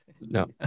no